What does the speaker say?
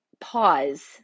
pause